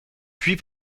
puis